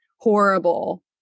horrible